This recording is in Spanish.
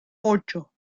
ocho